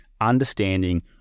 understanding